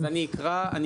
בין היתר, בין היתר.